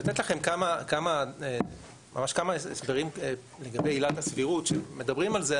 לתת לכם ממש כמה הסברים לגבי עילת הסבירות שמדברים על זה,